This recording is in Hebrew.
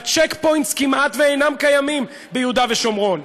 ה-check points כמעט אינם קיימים ביהודה ושומרון,